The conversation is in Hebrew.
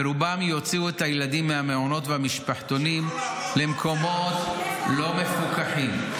ורובם יוציאו את הילדים מהמעונות ומהמשפחתונים למקומות לא מפוקחים.